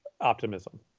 optimism